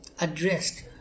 addressed